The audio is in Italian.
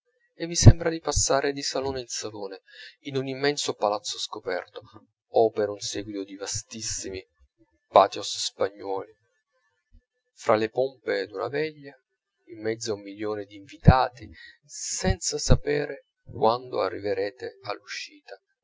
e vi sembra di passare di salone in salone in un immenso palazzo scoperto o per un seguito di vastissimi patios spagnuoli fra le pompe d'una veglia in mezzo a un milione di invitati senza sapere quando arriverete all'uscita